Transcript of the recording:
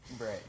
Right